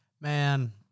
man